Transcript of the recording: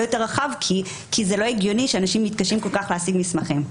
יותר רחב כי זה לא הגיוני שאנשים מתקשים כל כך בהשגת מסמכים.